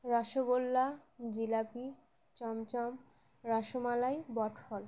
রসগোল্লা জিলাপি চমচম রসমালাই বটফল